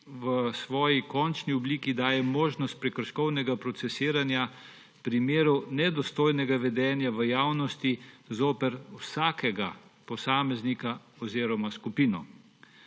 v svoji končni obliki daje možnost prekrškovnega procesiranja v primeru nedostojnega vedenja v javnosti zoper vsakega posameznika oziroma skupino.